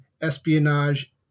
espionage